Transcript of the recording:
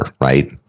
right